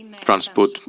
transport